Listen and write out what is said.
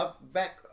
back